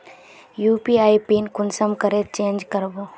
UPI PIN कुंसम करे change करबो?